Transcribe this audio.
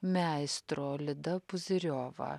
meistro lida puzyriova